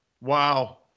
Wow